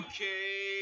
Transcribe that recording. Okay